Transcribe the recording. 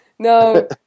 No